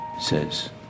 says